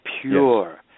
pure